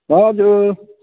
हजुर